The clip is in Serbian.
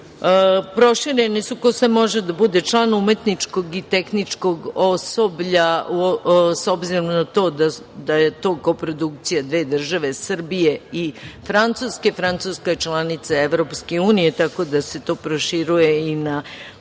Srbiji. Prošireno je, ko sve može da bude član umetničkog i tehničkog osoblja, s obzirom na to da je to koprodukcija dve države Srbije i Francuske. Francuska je članica EU, tako da se to proširuje i na